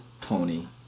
Tony